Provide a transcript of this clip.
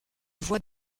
voie